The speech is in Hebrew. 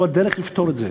זו הדרך לפתור את זה.